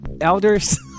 elders